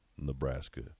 Nebraska